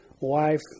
wife